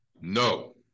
No